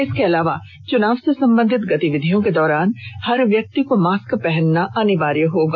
इसके अलावा चुनाव से संबंधित गतिविधियों के दौरान हर व्यक्ति को मास्क पहनना अनिवार्य होगा